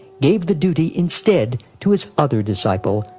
gave the duty, instead, to his other disciple,